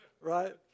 right